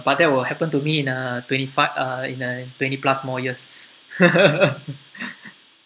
but that will happen to me in uh twenty fi~ uh in uh twenty plus more years